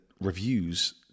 reviews